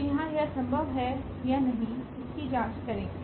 तो यहाँ यह संभव हे या नहीं इसकी जाँच करेगे